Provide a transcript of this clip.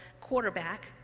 quarterback